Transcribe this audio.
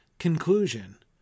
conclusion